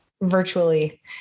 virtually